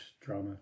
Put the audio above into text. Drama